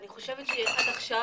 אני חושבת שעד עכשיו